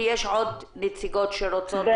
כי יש עוד נציגות שרוצות לדבר.